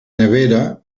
nevera